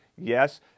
Yes